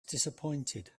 disappointed